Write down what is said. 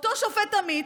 אותו שופט עמית,